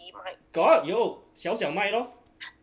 got 有小小麦 lor